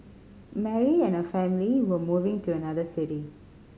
Mary and her family were moving to another city